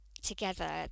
Together